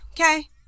Okay